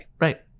Right